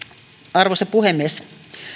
arvoisa puhemies